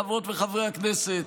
חברות וחברי הכנסת,